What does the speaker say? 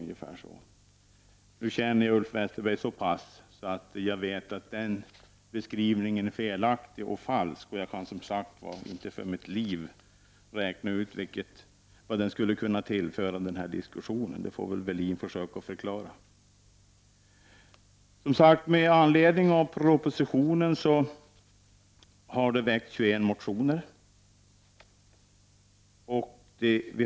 Jag känner Ulf Westerberg så pass väl att jag vet att den beskrivningen är felaktig och falsk. Jag kan, som sagt, inte för mitt liv räkna ut vad dessa påståenden kan tillföra diskussionen. Kjell-Arne Welin får försöka förklara det för mig. Med anledning av propositionen har 21 motioner väckts.